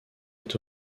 est